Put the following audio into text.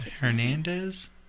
Hernandez